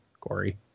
Corey